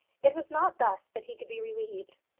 it was not thus that he could be relieved.